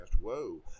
whoa